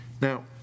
Now